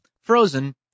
Frozen